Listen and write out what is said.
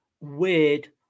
Weird